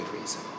reason